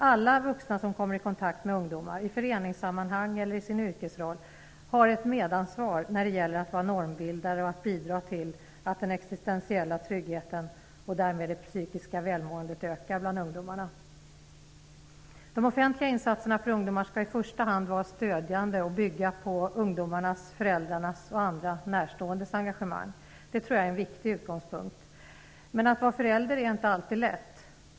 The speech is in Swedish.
Alla vuxna som kommer i kontakt med ungdomar i föreningssammanhang eller i sin yrkesroll har ett medansvar när det gäller att vara normbildare och att bidra till att den existentiella tryggheten och därmed det psykiska välmåendet ökar bland ungdomarna. De offentliga insatserna för ungdomar skall i första hand vara stödjande och bygga på ungdomars, föräldrars och andra närståendes engagemang. Det tror jag är en viktig utgångspunkt. Men att vara förälder är inte alltid lätt.